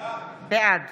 בעד